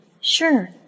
Sure